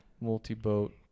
multi-boat